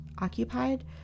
occupied